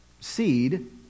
seed